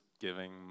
giving